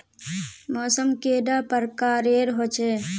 मौसम कैडा प्रकारेर होचे?